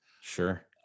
Sure